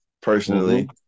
personally